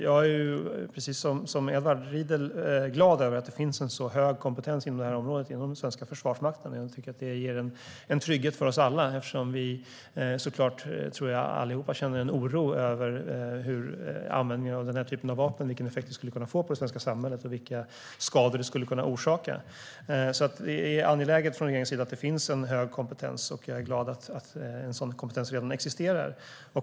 Jag är precis som Edward Riedl glad över att det finns en så hög kompetens inom det här området i den svenska försvarsmakten. Det ger en trygghet för oss alla, eftersom vi såklart allihop, tror jag, känner en oro över vilken effekt användning av den här typen av vapen skulle kunna få på det svenska samhället och vilka skador det skulle kunna orsaka. Regeringen är angelägen om att det finns en hög kompetens, och jag är glad att en sådan kompetens redan existerar.